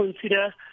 consider